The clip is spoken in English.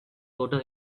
total